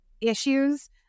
issues